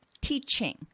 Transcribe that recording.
teaching